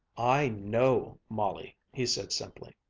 i know molly! he said simply.